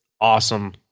awesome